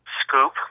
scoop